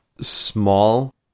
small